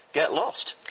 get lost.